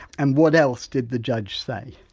and what else did the judge say?